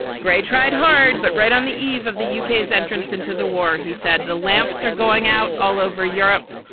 gray tried hard, but right on the eve of the u k s entrance into the war, he said the lamps are going out all over europe.